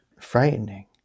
frightening